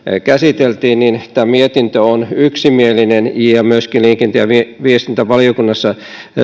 käsiteltiin ja tämä mietintö on yksimielinen ja liikenne ja viestintävaliokunnassa